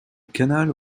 canal